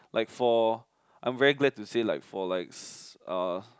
like for I'm very glad to say like for likes uh